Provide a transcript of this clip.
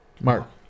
Mark